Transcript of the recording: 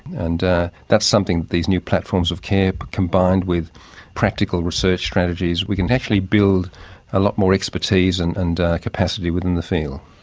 and that's something these new platforms of care combined with practical research strategies we can actually build a lot more expertise and and capacity within the field.